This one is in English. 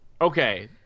okay